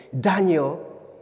Daniel